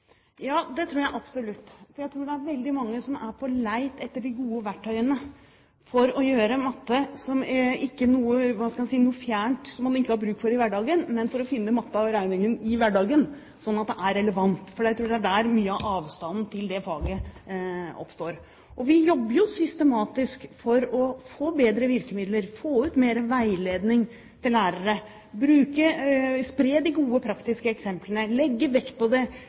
Ja, det tror jeg absolutt. Jeg tror det er veldig mange som er på leting etter de gode verktøyene, for ikke å gjøre matten til noe fjernt, noe man ikke har bruk for i hverdagen, men for å finne matten og regningen i hverdagen, sånn at det er relevant. Jeg tror det er der mye av avstanden til det faget oppstår. Vi jobber jo systematisk for å få bedre virkemidler, få ut mer veiledning til lærere, spre de gode praktiske eksemplene, legge bedre vekt på det